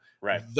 right